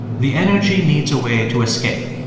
the energy needs a way to escape.